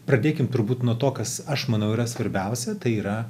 pradėkim turbūt nuo to kas aš manau yra svarbiausia tai yra